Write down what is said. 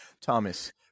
thomas